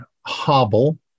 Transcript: hobble